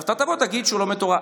אתה תבוא ותגיד שהוא לומד תורה.